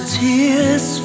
tears